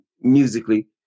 musically